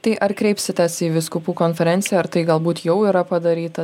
tai ar kreipsitės į vyskupų konferenciją ar tai galbūt jau yra padaryta